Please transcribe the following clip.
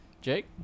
jake